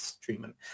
treatment